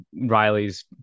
Riley's